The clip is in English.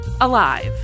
Alive